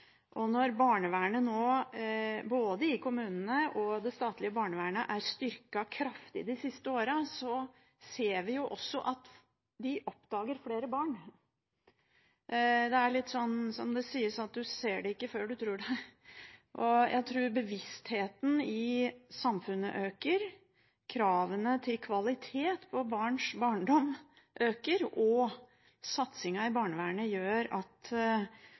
krafttak. Når barnevernet nå, både i kommunene og det statlige barnevernet, er styrket kraftig de siste årene, ser vi jo også at de oppdager flere barn. Det er litt sånn som det sies, at du tror det ikke før du ser det. Jeg tror bevisstheten i samfunnet øker, kravene til kvalitet på barns barndom øker, og satsingen i barnevernet gjør at